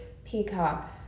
Peacock